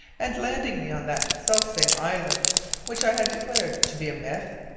and landing me on that selfsame island which i had declared to be a myth?